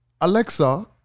Alexa